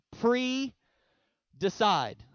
pre-decide